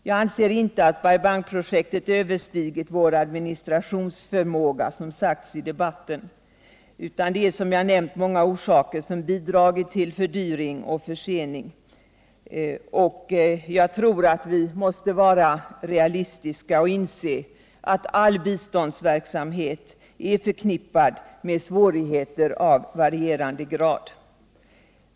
Jaganserinte att Bai Bang-projektet överstigit vår administrationsförmåga, vilket har sagts i debatten, utan många orsaker har som jag nämnt bidragit till fördyring och försening. Jag tror att vi måste vara realistiska och inse att all biståndsverksamhet är förknippad med svårigheter av varierande grad.